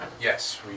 Yes